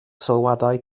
sylwadau